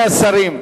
רבותי השרים,